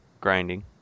grinding